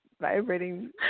vibrating